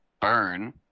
burn